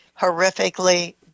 horrifically